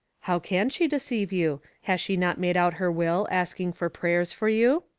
how can she deceive you? has she not made out her will asking for prayers for you?